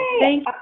Thank